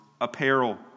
apparel